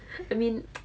I mean